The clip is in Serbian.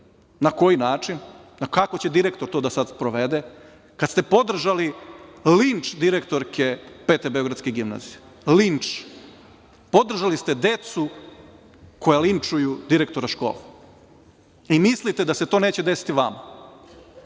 na koji način? Kako će direktor to sada da sprovede, kada ste podržali linč direktorke Pete beogradske gimnazije? Linč. Podržali ste decu koja linčuju direktora škole. Mislite da se to neće desiti vama.